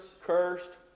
cursed